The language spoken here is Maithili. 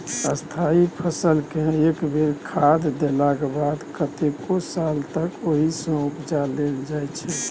स्थायी फसलकेँ एक बेर लगा देलाक बाद कतेको साल तक ओहिसँ उपजा लेल जाइ छै